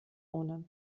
ohne